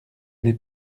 n’est